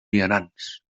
vianants